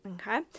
okay